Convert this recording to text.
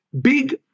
Big